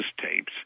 tapes